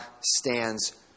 stands